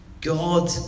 God